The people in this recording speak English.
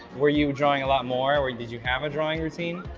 were you drawing a lot more or did you have a drawing routine?